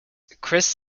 chris